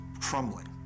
crumbling